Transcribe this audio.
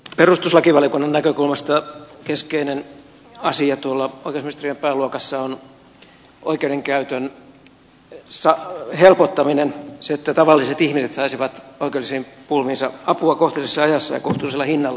perustuslakivaliokunnan näkökulmasta keskeinen asia tuolla oikeusministeriön pääluokassa on oikeudenkäytön helpottaminen se että tavalliset ihmiset saisivat oikeudellisiin pulmiinsa apua kohtuullisessa ajassa ja kohtuullisella hinnalla